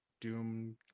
Doom